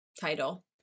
title